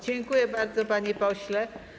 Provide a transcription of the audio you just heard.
Dziękuję bardzo, panie pośle.